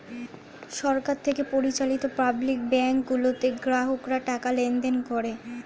সরকার থেকে পরিচালিত public bank গুলোতে গ্রাহকরা টাকা লেনদেন করে